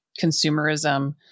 consumerism